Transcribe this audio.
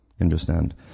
understand